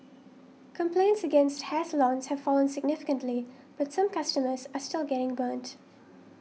complaints against hair salons have fallen significantly but some customers are still getting burnt